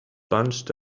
bunched